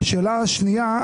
שאלה שנייה,